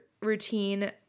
routine